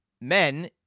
men